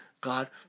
God